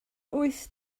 wyth